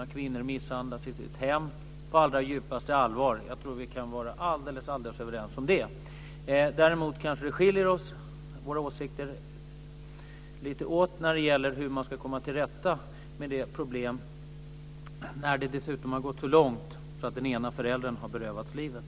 och kvinnor som misshandlas i hemmet på allra djupaste allvar. Jag tror att vi kan vara alldeles överens om det. Däremot kanske våra åsikter skiljer sig lite åt när det gäller hur man ska komma till rätta med problemet när det dessutom har gått så långt att den ena föräldern har berövats livet.